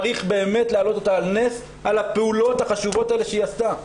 צריך להעלות אותה על נס על הפעולות החשובות האלה שהיא עשתה.